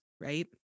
right